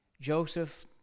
Joseph